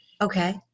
Okay